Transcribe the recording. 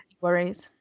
worries